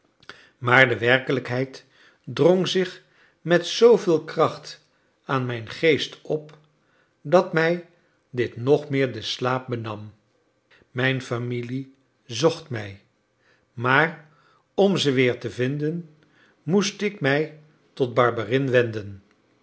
maar de werkelijkheid drong zich met zooveel kracht aan mijn geest op dat mij dit nog meer den slaap benam mijn familie zocht mij maar om ze weer te vinden moest ik mij tot barberin wenden